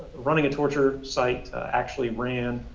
running a torture site actually ran